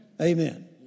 Amen